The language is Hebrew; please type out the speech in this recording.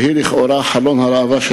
שהיא לכאורה חלון הראווה של